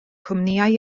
cwmnïau